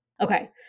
Okay